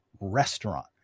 restaurant